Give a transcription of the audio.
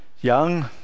young